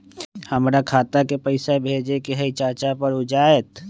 हमरा खाता के पईसा भेजेए के हई चाचा पर ऊ जाएत?